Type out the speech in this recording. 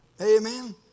Amen